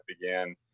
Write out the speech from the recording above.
began